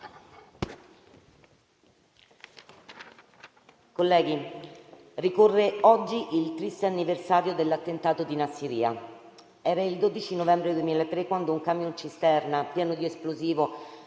Colleghi, ricorre oggi il triste anniversario dell'attentato di Nassiriya. Era il 12 novembre 2003 quando un camion cisterna pieno di esplosivo